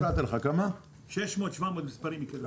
600 700 מספרים.